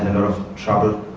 of trouble